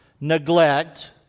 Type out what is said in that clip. neglect